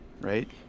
right